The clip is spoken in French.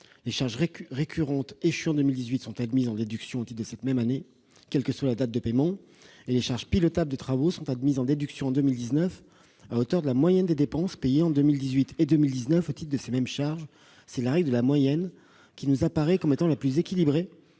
Les charges récurrentes échues en 2018 sont admises en déduction au titre de cette même année, quelle que soit la date de paiement, et les charges pilotables de travaux sont admises en déduction en 2019 à hauteur de la moyenne des dépenses payées en 2018 et 2019 au titre de ces mêmes charges. C'est la règle de la moyenne, qui nous apparaît comme la plus équilibrée